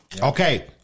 Okay